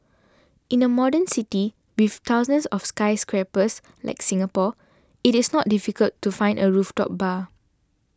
in a modern city with thousands of skyscrapers like Singapore it is not difficult to find a rooftop bar